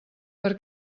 per